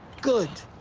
good.